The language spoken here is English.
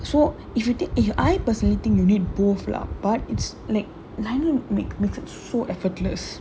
so if you take ah I I personally think you need both lah but it's like line make makes it so effortless